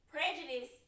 Prejudice